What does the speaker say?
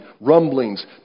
rumblings